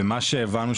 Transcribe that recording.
מה שהבנו,